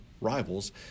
rivals